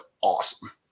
awesome